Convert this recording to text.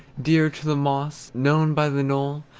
dear to the moss, known by the knoll,